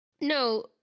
no